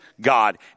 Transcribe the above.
God